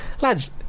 lads